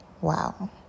wow